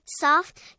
soft